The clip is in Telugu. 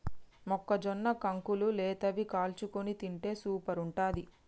మొక్కజొన్న కంకులు లేతవి కాల్చుకొని తింటే సూపర్ ఉంటది